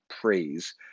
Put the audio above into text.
praise